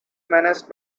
managed